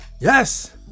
Yes